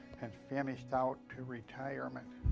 and finished out to retirement.